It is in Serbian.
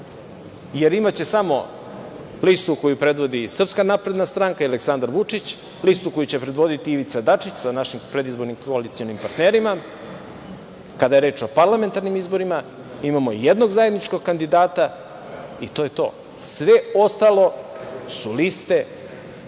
jer imaće samo listu koju predvodi SNS i Aleksandar Vučić, listu koju će predvoditi Ivica Dačić, sa našim predizbornim koalicionim partnerima, kada je reč o parlamentarnim izborima, imamo jednog zajedničkog kandidata i to je to. Sve ostalo su liste